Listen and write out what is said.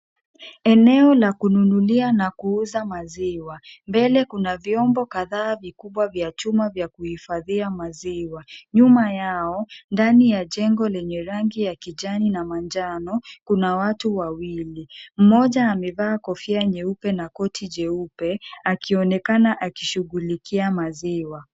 Eneo la kununulia na kuuza maziwa. Mbele kuna vyombo kadhaa vikubwa vya chuma vya kuhifadhia maziwa. Nyuma yao ndani ya jengo lenye rangi ya kijani na manjano, kuna watu wawili. Mmoja amevaa kofia nyeupe na koti jeupe, akionekana akishughulikia maziwa.